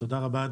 תודה רבה.